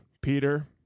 Peter